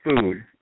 food